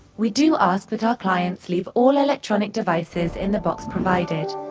we do ask that our clients leave all electronic devices in the box provided.